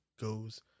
goes